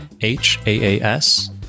H-A-A-S